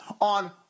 on